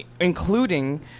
including